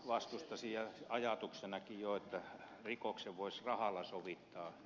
myös vastustaisin ajatuksenakin jo sitä että rikoksen voisi rahalla sovittaa